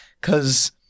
Cause